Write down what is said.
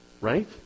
Right